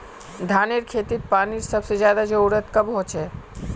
धानेर खेतीत पानीर सबसे ज्यादा जरुरी कब होचे?